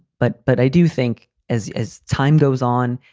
but but i do think as as time goes on,